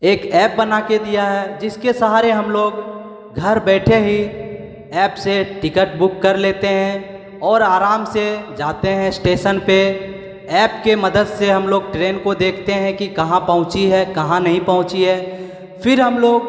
एक ऐप्प बनाके दिया है जिसके सहारे हम लोग घर बैठे ही ऐप्प से टिकट बुक कर लेते हैं और अराम से जाते हैं श्टेसन पे ऐप्प के मदद से हम लोग ट्रेन को देखते हैं कि कहाँ पहुँची है कहाँ नहीं पहुँची है फिर हम लोग